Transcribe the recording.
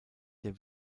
der